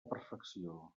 perfecció